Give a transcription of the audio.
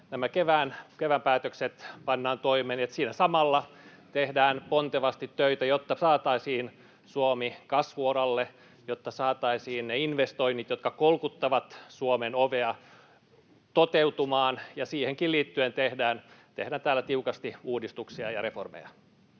nämä kevään päätökset pannaan toimeen ja siinä samalla tehdään pontevasti töitä, jotta saataisiin Suomi kasvu-uralle, jotta saataisiin ne investoinnit, jotka kolkuttavat Suomen ovea, toteutumaan, ja siihenkin liittyen tehdään täällä tiukasti uudistuksia ja reformeja.